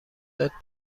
داد